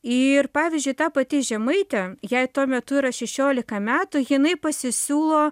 ir pavyzdžiui ta pati žemaitė jai tuo metu yra šešiolika metų jinai pasisiūlo